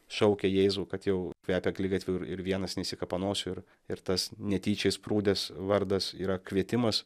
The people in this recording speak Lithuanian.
šaukia jėzų kad jau kvepia akligatviu ir ir vienas neišsikapanosiu ir ir tas netyčia išsprūdęs vardas yra kvietimas